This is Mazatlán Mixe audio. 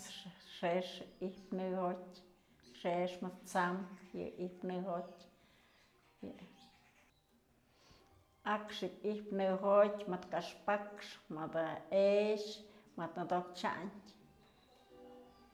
Xëx yë ijpë në jotyë, xëx mëd t'samkë yë i'ijpë nëjotyë, akxë ji'ib ijpë n*ejotyé, mëd kaxpakxë, mëdë e'exë, mëdë nëdok t'syandë.